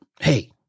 hey